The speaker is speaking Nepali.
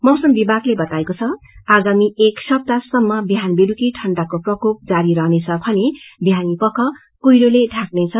मौसम विभागले बताएको छ आगामी एक सप्ताह सम् बिहान बेलुकी ठण्डाको प्रकोप जारी रहनेछ भने बिहान पख कुइरोले ढ़ाकनेछ